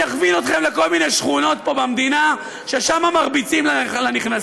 אני אכוון אתכם לכל מיני שכונות פה במדינה ששם מרביצים לנכנסים.